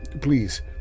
Please